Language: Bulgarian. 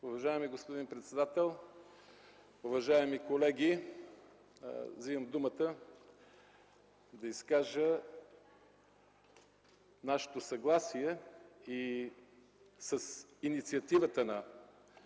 Уважаеми господин председател, уважаеми колеги! Вземам думата да изкажа нашето съгласие и с инициативата на